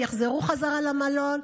יחזרו בחזרה למלון,